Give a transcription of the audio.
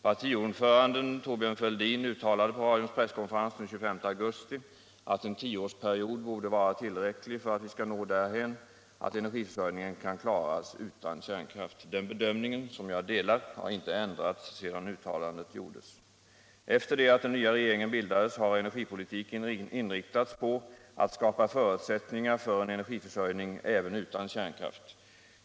Partiordföranden Thorbjörn Fälldin uttalade på radions presskonferens den 25 augusti att en tioårsperiod borde vara tillräcklig för att vi skall nå därhän att energiförsörjningen kan klaras utan kärnkraft. Den bedömningen, som jag delar, har inte ändrats sedan uttalandet gjordes. Efter det att den nya regeringen bildades har energipolitiken inriktats på att skapa förutsättningar för en energiförsörjning även utan kärnkraft.